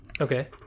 Okay